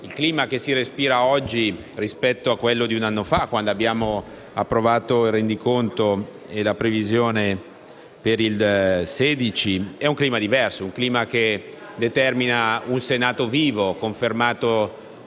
il clima che si respira oggi, rispetto a quello di un anno fa, quando abbiamo approvato il rendiconto e la previsione per il 2016, è un clima diverso, che determina un Senato vivo, confermato